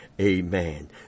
Amen